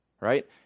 right